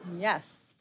Yes